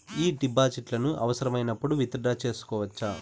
ఈ డిపాజిట్లను అవసరమైనప్పుడు విత్ డ్రా సేసుకోవచ్చా?